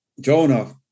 Jonah